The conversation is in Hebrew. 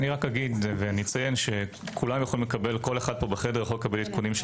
רק אציין שכל אחד פה בחדר יכול לקבל עדכונים של